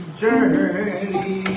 journey